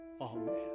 Amen